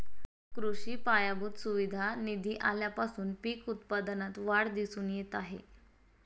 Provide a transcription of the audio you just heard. कृषी पायाभूत सुविधा निधी आल्यापासून पीक उत्पादनात वाढ दिसून येत आहे